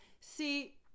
See